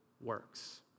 works